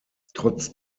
trotz